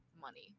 money